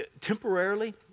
temporarily